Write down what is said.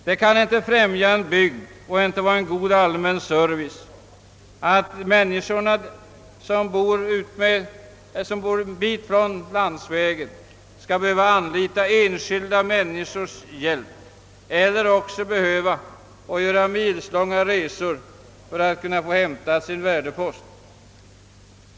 Det kan inte främja en bygd om den allmänna servicen är så ordnad ait människor som bor ett stycke från landsvägen skall behöva lita till enskil da personers hjälp eller tvingas göra milslånga resor för att hämta sin värdepost.